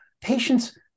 patients